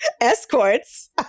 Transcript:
escorts